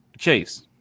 Chase